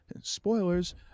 spoilers